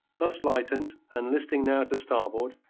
thus lightened, and listing now to starboard,